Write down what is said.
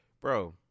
bro